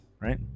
right